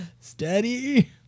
Steady